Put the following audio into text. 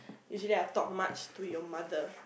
usually I talk much to your mother